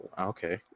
okay